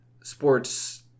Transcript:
sports